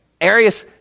Arius